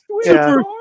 Super